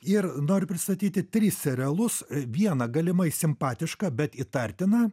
ir noriu pristatyti tris serialus vieną galimai simpatišką bet įtartiną